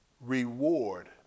reward